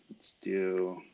let's do